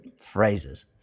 phrases